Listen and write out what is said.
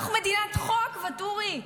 אנחנו מדינת חוק, ואטורי.